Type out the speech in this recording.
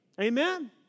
Amen